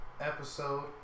episode